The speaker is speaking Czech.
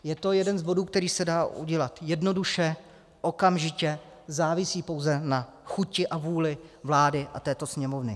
Je to jeden z bodů, který se dá udělat jednoduše, okamžitě, závisí pouze na chuti a vůli vlády a této Sněmovny.